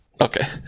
Okay